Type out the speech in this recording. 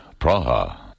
Praha